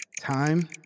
Time